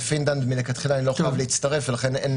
בפינלנד מלכתחילה אני לא חייב להצטרף, ולכן אין